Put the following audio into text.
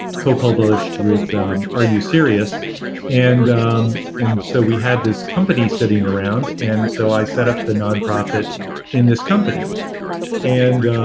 co-published with are you serious and um so we had this company sitting around and so i set up the non-profit in this company and